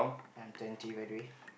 I'm twenty by the way